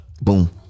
Boom